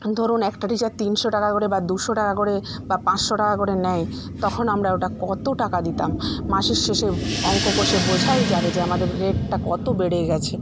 ধরুন একটা টিচার তিনশো টাকা করে বা দুশো টাকা করে বা পাঁচশো টাকা করে নেয় তখন আমরা ওটা কতো টাকা দিতাম মাসের শেষে অঙ্ক কষে বোঝাই যাবে যে আমাদের রেটটা কতো বেড়ে গেছে